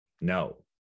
no